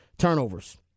Turnovers